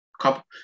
couple